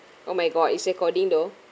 oh my god it's recording though